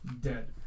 dead